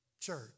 church